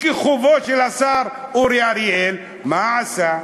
בכיכובו של השר אורי אריאל, מה עשה?